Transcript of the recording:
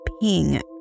ping